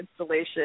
installation